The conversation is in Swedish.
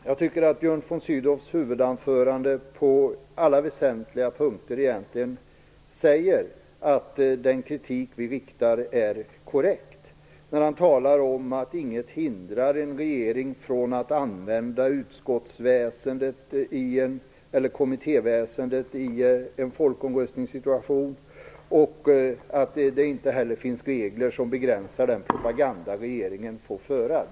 Jag tycker att Björn von Sydows huvudanförande på alla väsentliga punkter egentligen visar att den kritik som vi riktar är korrekt. Han talar om att inget hindrar en regering från att använda utskottsväsendet eller kommittéväsendet i en folkomröstningssituation och att det inte heller finns regler som begränsar den propaganda som regeringen får föra.